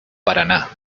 paraná